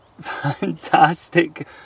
fantastic